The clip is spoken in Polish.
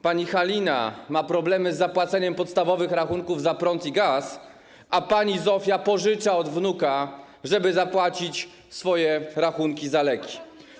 Pani Halina ma problemy z zapłaceniem podstawowych rachunków za prąd i gaz, a pani Zofia pożycza od wnuka, żeby zapłacić swoje rachunki za leki.